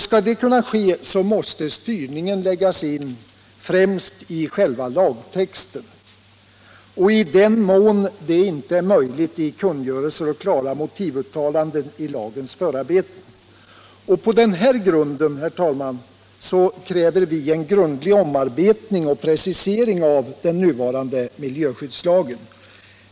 Skall det kunna ske, måste styrningen läggas in främst i själva lagtexten och i den mån det inte är möjligt i kungörelser och klara motivuttalanden i lagens förarbeten. På den här grunden, herr talman, kräver vi en ordentlig omarbetning och precisering av den nuvarande miljöskyddslagen.